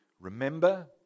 remember